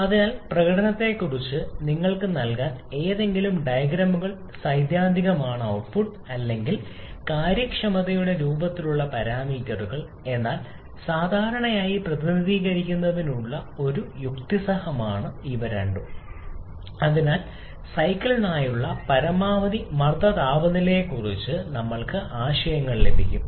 അതിനാൽ പ്രകടനത്തെക്കുറിച്ച് നിങ്ങൾക്ക് നൽകാൻ ഏതെങ്കിലും ഡയഗ്രാമുകൾ സൈദ്ധാന്തികമാണ് ഔട്ട്പുട്ട് അല്ലെങ്കിൽ കാര്യക്ഷമതയുടെ രൂപത്തിലുള്ള പാരാമീറ്ററുകൾ എന്നാൽ സാധാരണയായി പ്രതിനിധീകരിക്കുന്നതിനുള്ള ഒരു യുക്തിസഹമാണ് ഇവ രണ്ടും അതിനാൽ സൈക്കിളിനായുള്ള പരമാവധി മർദ്ദ താപനിലയെക്കുറിച്ചും നമ്മൾക്ക് ആശയങ്ങൾ ലഭിക്കും